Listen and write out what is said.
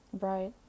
Right